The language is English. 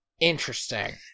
Interesting